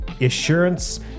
assurance